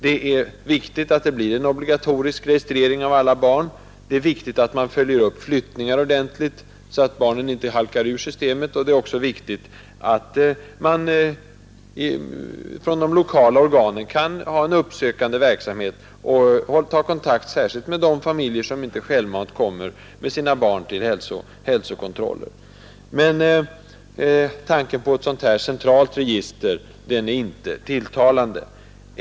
Det är viktigt att det blir en obligatorisk registrering av alla barn, det är viktigt att man följer upp flyttningar ordentligt, så att barnen inte halkar ur systemet, och det är viktigt att de lokala organen kan bedriva en uppsökande verksamhet och särskilt ta kontakt med de familjer som inte självmant kommer med sina barn till hälsokontroller. Men tanken på ett sådant centralt register som jag nämnde är inte tilltalande.